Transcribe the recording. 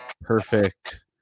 perfect